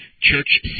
church